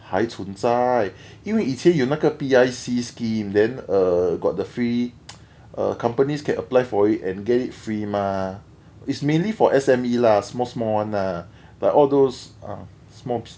还存在因为以前有那个 P_I_C scheme then err got the free companies can apply for it and get it free mah it's mainly for S_M_E lah small small one lah like all those uh small